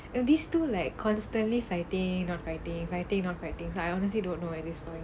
these two like constantly fighting not fighting fighting not fighting so I honestly don't know at this point